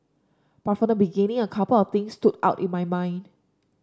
but from the beginning a couple of things stood out in my mind